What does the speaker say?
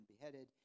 beheaded